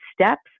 steps